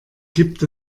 gibt